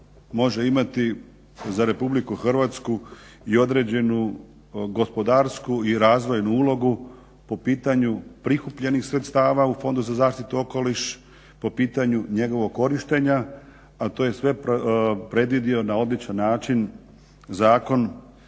može imati za RH i određenu gospodarsku i razvojnu ulogu po pitanju prikupljenih sredstava u Fondu za zaštitu okoliša, po pitanju njegovog korištenja, a to je sve predvidio na običan način zakon koji se